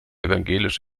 evangelisch